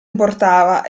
importava